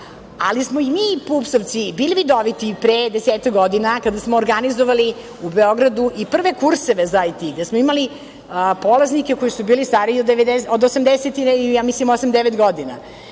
ali smo i mi PUPS-ovci bili vidoviti pre desetak godina, kada smo organizovali u Beogradu i prve kurseve za IT, gde smo imali polaznike koji su bili stariji od 88-89 godina. Tako